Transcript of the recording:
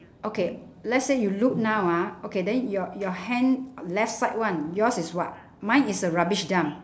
okay let's say you look now ah okay then your your hand left side one yours is what mine is a rubbish dump